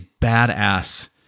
badass